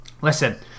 Listen